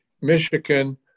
Michigan